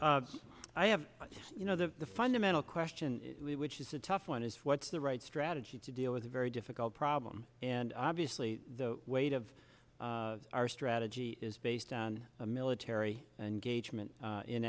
i have you know the fundamental question which is a tough one is what's the right strategy to deal with a very difficult problem and obviously the weight of our strategy is based on a military engagement